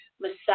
massage